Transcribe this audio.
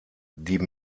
die